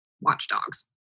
watchdogs